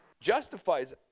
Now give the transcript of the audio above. justifies